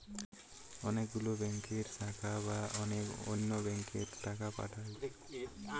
অনেক গুলো ব্যাংকের শাখা বা অন্য ব্যাংকে টাকা পাঠায়